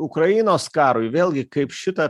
ukrainos karui vėlgi kaip šitą